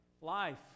life